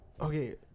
okay